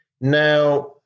Now